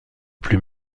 plus